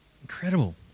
Incredible